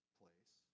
place